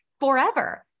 forever